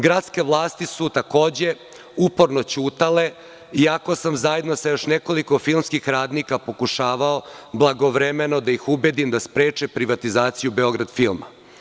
Gradske vlasti su takođe uporno ćutale, iako sam zajedno sa još nekoliko filmskih radnika pokušavao blagovremeno da ih ubedim da spreče privatizaciju „Beograd filma“